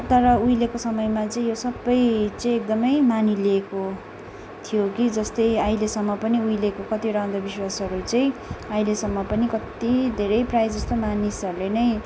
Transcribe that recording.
तर उहिलेको समयमा चाहिँ यो सबै चाहिँ एकदमै मानिलिएको थियो कि जस्तै अहिलेसम्म पनि उहिलेको कतिवटा अन्धविश्वासहरू चाहिँ आहिलेसम्म पनि कति धेरै प्रायः जस्तो मानिसहरूले नै